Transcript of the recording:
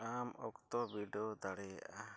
ᱟᱢ ᱚᱠᱛᱚ ᱵᱤᱰᱟᱹᱣ ᱫᱟᱲᱮᱭᱟᱜᱼᱟ